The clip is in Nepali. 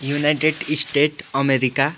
United State America